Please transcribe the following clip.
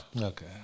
Okay